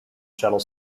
shuttle